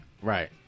Right